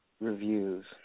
Reviews